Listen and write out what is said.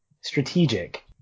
strategic